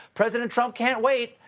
president trump can't wait.